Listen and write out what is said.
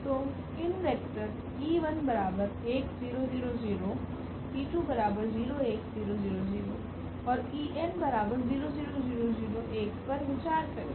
तो इन वेक्टर और पर विचार करें